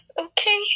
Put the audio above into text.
okay